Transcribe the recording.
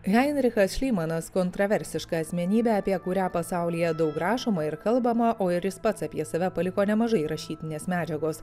heinrichas šlymanas kontroversiška asmenybė apie kurią pasaulyje daug rašoma ir kalbama o ir jis pats apie save paliko nemažai rašytinės medžiagos